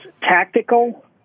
tactical